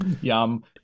Yum